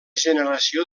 generació